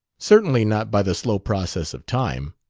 certainly not by the slow process of time.